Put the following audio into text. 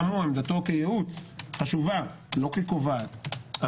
גם עמדתו כייעוץ חשובה לא כקובעת,